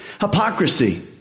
Hypocrisy